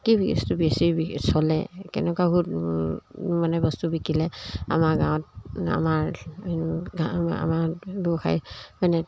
কি বস্তু বেছি চলে কেনেকুৱা ব মানে বস্তু বিকিলে আমাৰ গাঁৱত আমাৰ আমাৰ ব্যৱসায় মানে